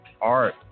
art